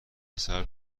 صبر